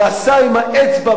ועשה עם האצבע,